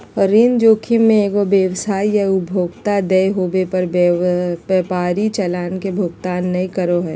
ऋण जोखिम मे एगो व्यवसाय या उपभोक्ता देय होवे पर व्यापारी चालान के भुगतान नय करो हय